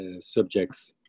subjects